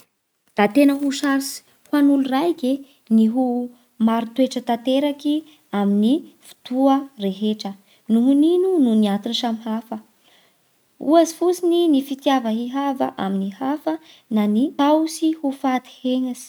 Da tegna ho saritsy amin'ny olo raiky eny hoh marin-toetsy tanteraky amin'ny fotoa rehetra, nohon'ino? Noho ny antony samy hafa. Ohatsy fotsiny ny fitiava hihava amy hafa na ny tahotsy ho faty henatsy